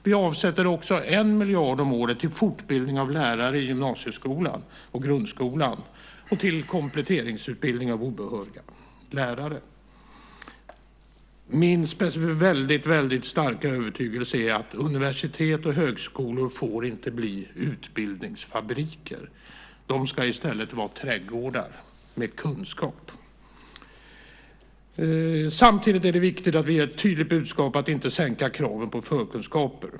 Vi avsätter också en miljard om året för fortbildning av lärare i gymnasieskolan och grundskolan och till kompletteringsutbildning av obehöriga lärare. Min personliga starka övertygelse är att universitet och högskolor inte får bli utbildningsfabriker. De ska i stället vara trädgårdar med kunskap. Samtidigt är det viktigt att vi ger ett tydligt budskap om att inte sänka kraven på förkunskaper.